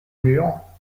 murs